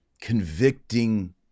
convicting